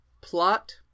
plot